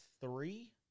three